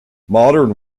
modern